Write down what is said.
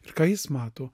ir ką jis mato